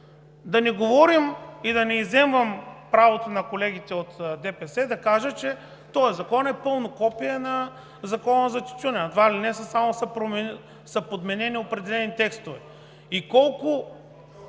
Да не говорим и да не изземвам правото на колегите от ДПС и да кажа, че този закон е пълно копие на Закона за тютюна, едва ли не само са подменени определени текстове.